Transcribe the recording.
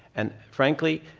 and frankly,